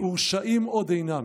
" ורשעים עוד אינם".